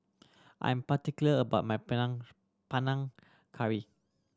I'm particular about my Panang Curry